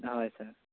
হয় ছাৰ